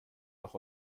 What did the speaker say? auch